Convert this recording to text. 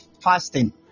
fasting